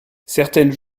certaines